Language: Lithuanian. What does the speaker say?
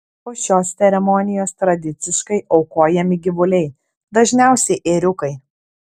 po šios ceremonijos tradiciškai aukojami gyvuliai dažniausiai ėriukai